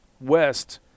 west